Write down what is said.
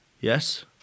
Yes